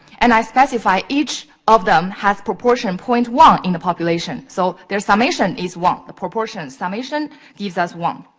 and i specify each of them has proportion point one in the population. so, their summation is one. the proportion summation gives us one.